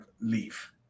leave